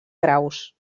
graus